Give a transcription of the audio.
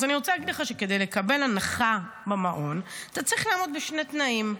אז אני רוצה להגיד לך שכדי לקבל הנחה במעון אתה צריך לעמוד בשני תנאים: